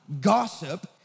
gossip